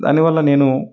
దానివల్ల నేను